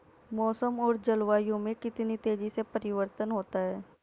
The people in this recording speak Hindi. मौसम और जलवायु में कितनी तेजी से परिवर्तन होता है?